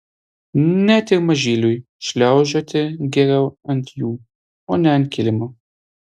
net ir mažyliui šliaužioti geriau ant jų o ne ant kilimo